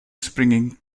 springing